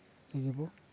ᱜᱮᱵᱚ